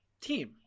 team